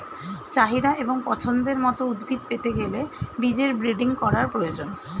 চাহিদা এবং পছন্দের মত উদ্ভিদ পেতে গেলে বীজের ব্রিডিং করার প্রয়োজন